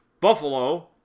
Buffalo